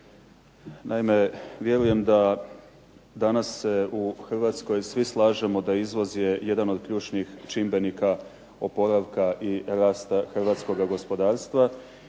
Naime vjerujem da danas se u Hrvatskoj svi slažemo da izvoz je jedan od ključnih čimbenika oporavka i rasta hrvatskoga gospodarstva